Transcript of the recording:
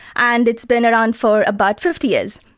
and it's been around for about fifty years.